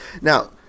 Now